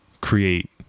create